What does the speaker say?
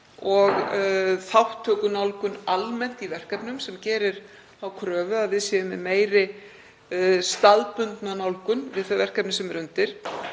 og þátttökunálgun almennt í verkefnum sem gerir þá kröfu að við séum með meiri staðbundna nálgun við þau verkefni sem eru undir.